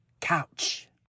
couch